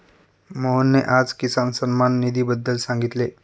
मोहनने आज किसान सन्मान निधीबद्दल सांगितले